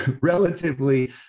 relatively